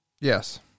Yes